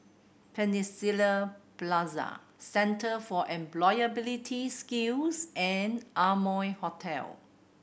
Peninsula Plaza Centre for Employability Skills and Amoy Hotel